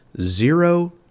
Zero